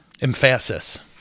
Emphasis